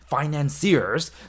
financiers